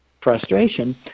frustration